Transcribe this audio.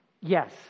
Yes